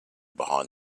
behind